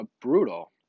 brutal